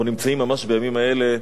אנחנו נמצאים ממש בימים האלה,